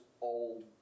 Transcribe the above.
old